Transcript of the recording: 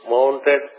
Mounted